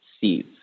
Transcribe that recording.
seeds